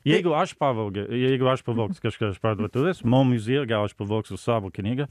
jeigu aš pavogia jeigu aš pavogsiu kažką iš parduotuvės mo muziejuj gal aš pavogsiu savo knygą